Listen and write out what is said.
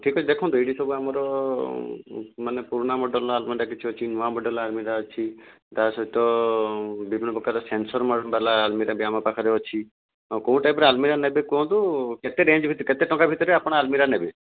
ଠିକ୍ ଅଛି ଦେଖନ୍ତୁ ଏଇ ସବୁ ଆମର ମାନେ ପୁରୁଣା ମଡେଲର ଆଲମିରା କିଛି ଅଛି ନୂଆ ମଡେଲର ଆଲମିରା ଅଛି ତା ସହିତ ବିଭିନ୍ନ ପ୍ରକାର ସେନସର ବାଲା ଆଲମିରା ବି ଆମ ପାଖରେ ଅଛି ଆଉ କେଉଁ ଟାଇପର ଆଲମିରା ନେବେ କୁହନ୍ତୁ କେତେ ରେଞ୍ଜ ଭିତରେ କେତେ ଟଙ୍କା ଭିତରେ ଆପଣ ଆଲମିରା ନେବେ